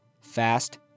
Fast